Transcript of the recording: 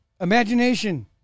Imagination